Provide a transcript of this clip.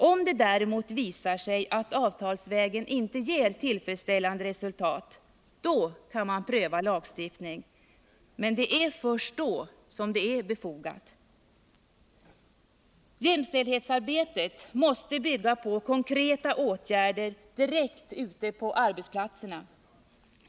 Om det däremot visar sig att avtalsvägen inte ger tillfredsställande resultat kan man pröva lagstiftning. Men det är först då som det är befogat. Jämställdhetsarbetet måste bygga på konkreta åtgärder direkt ute på arbetsplatserna.